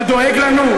אתה דואג לנו?